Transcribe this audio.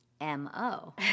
M-O